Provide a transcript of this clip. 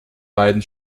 beiden